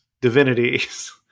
divinities